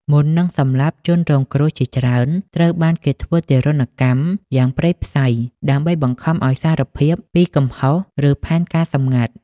មុននឹងសម្លាប់ ជនរងគ្រោះជាច្រើនត្រូវបានគេធ្វើទារុណកម្មយ៉ាងព្រៃផ្សៃ ដើម្បីបង្ខំឱ្យសារភាពពី "កំហុស" ឬ "ផែនការសម្ងាត់" ។